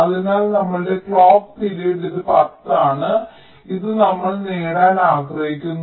അതിനാൽ നമ്മുടെ clock period ഇത് 10 ആണ് ഇതാണ് നമ്മൾ നേടാൻ ആഗ്രഹിക്കുന്നത്